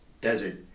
desert